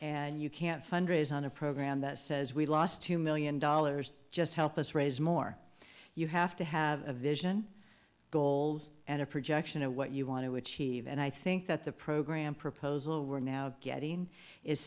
and you can't fundraise on a program that says we've lost two million dollars just help us raise more you have to have a vision goals and a projection of what you want to achieve and i think that the program proposal we're now getting is